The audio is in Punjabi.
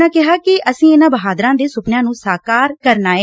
ਉਨ੍ਹਾਂ ਕਿਹਾ ਕਿ ਅਸੀਂ ਇਨੂਾਂ ਬਹਾਦਰਾਂ ਦੇ ਸੁਪਨਿਆਂ ਨੁੰ ਸਾਕਾਰ ਕਰਨਾ ਏ